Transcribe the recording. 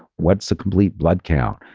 what's a complete blood count?